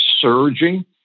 surging